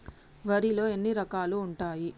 వరిలో ఎన్ని రకాలు ఉంటాయి?